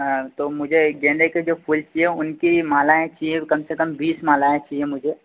हाँ तो मुझे गेंदे के जो फूल चाहिए उनकी मालाएं चाहिए कम से कम बीस मालाएं चाहिए मुझे